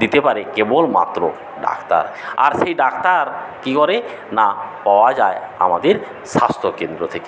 দিতে পারে কেবলমাত্র ডাক্তার আর সেই ডাক্তার কী করে না পাওয়া যায় আমাদের স্বাস্থ্য কেন্দ্র থেকে